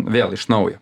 vėl iš naujo